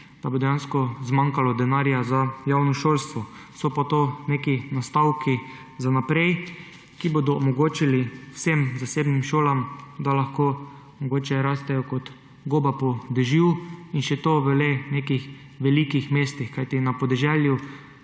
dejansko zmanjkalo denarja za javno šolstvo. So pa to neki nastavki za naprej, ki bodo omogočili vsem zasebnim šolam, da bodo rasle kot gobe po dežju, in še to le v nekih velikih mestih, kajti dvomim,